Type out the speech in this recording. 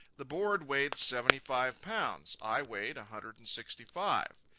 the board weighed seventy-five pounds, i weighed a hundred and sixty-five.